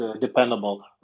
dependable